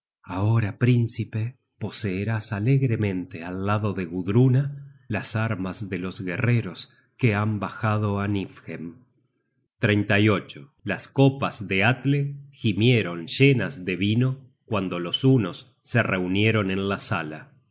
ahora príncipe poseerás alegremente al lado de gudruna las armas de los guerreros que han bajado á niflhem í gunnar content from google book search generated at las copas de atle gimieron llenas de vino cuando los hunos se reunieron en la sala